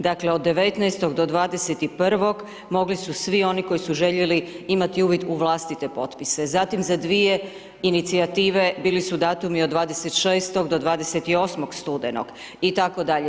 Dakle od 19 do 21. mogli su svi oni koji su željeli imati uvid u vlastite potpise, zatim za dvije inicijative bili su datumi od 26. do 28. studenog itd.